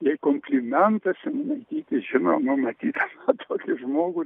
jai komplimentą simonaitytė žinoma matydama tokį žmogų